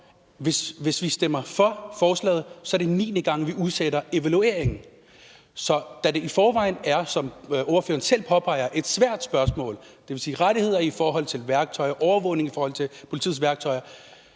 hvis vi stemmer for forslaget, så er niende gang, vi udsætter evalueringen. Så da det i forvejen, som ordføreren selv påpeger, er et svært spørgsmål – det vil sige rettigheder i forhold til værktøjer, overvågning i forhold til politiets værktøjer